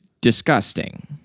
disgusting